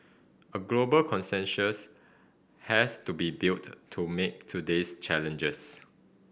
a global consensus has to be built to meet today's challenges